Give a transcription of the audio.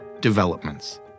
developments